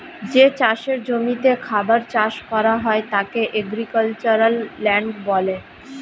যে চাষের জমিতে খাবার চাষ করা হয় তাকে এগ্রিক্যালচারাল ল্যান্ড বলে